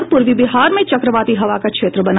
और पूर्वी बिहार में चक्रवाती हवा का क्षेत्र बना